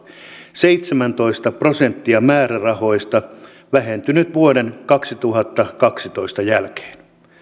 seitsemäntoista prosenttia määrärahoista on vähentynyt vuoden kaksituhattakaksitoista jälkeen